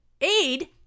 Aid